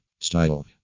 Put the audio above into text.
Style